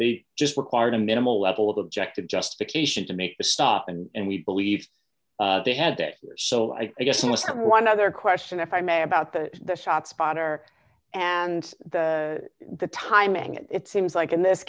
they just required a minimal level of objective justification to make this stop and we believe they had it so i guess it was one other question if i may about the the shot spotter and the timing it it seems like in this